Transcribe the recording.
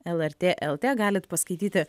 lrt lt galit paskaityti